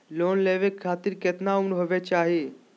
Loan लेवे खातिर केतना उम्र होवे चाही?